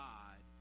God